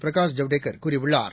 பிரகாஷ் ஜவ்டேகர் கூறியுள்ளார்